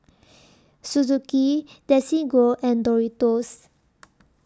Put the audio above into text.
Suzuki Desigual and Doritos